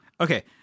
Okay